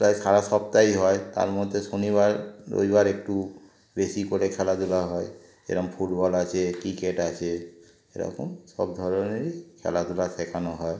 প্রায় সারা সপ্তাহই হয় তার মধ্যে শনিবার রবিবার একটু বেশি করে খেলাধুলা হয় যেরকম ফুটবল আছে ক্রিকেট আছে এরকম সব ধরনেরই খেলাধুলা শেখানো হয়